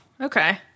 okay